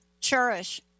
cherish